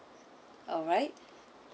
alright